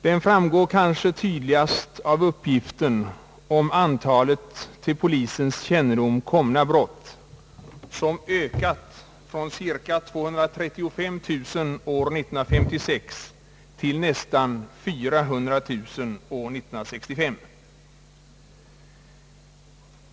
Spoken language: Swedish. Denna framgår kanske tydligast av uppgifter om antalet till polisens kännedom komna brott, vilket ökat från cirka 235 000 år 1956 till nästan 400 000 år 1965.